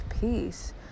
peace